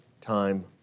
time